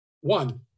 one